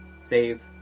save